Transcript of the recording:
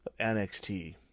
NXT